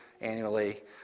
annually